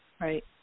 Right